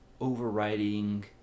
overriding